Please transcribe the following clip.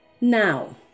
Now